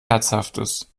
herzhaftes